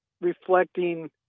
reflecting